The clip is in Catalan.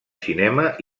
cinema